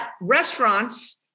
restaurants